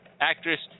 Actress